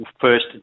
first